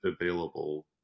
available